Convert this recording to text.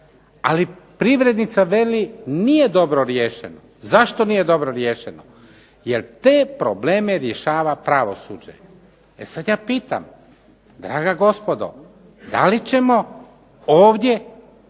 Ali privrednica veli, nije dobro riješeno. Zašto nije dobro riješeno? Jer te probleme rješava pravosuđe. E sada ja pitam, draga gospodo da li ćemo ovdje